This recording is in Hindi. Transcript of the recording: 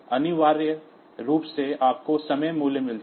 तो अनिवार्य रूप से आपको समय मूल्य मिलता है